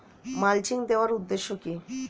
Mulching দেওয়ার উদ্দেশ্য কি?